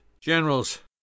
Generals